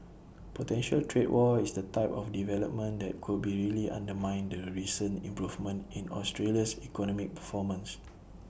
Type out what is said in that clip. potential trade war is the type of development that could be really undermine the recent improvement in Australia's economic performance